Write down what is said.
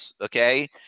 Okay